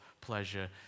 pleasure